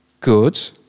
good